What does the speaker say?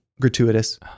gratuitous